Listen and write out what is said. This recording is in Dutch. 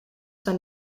zijn